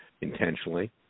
intentionally